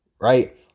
Right